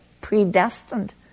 predestined